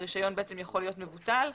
הרישיון יכול להיות מבוטל.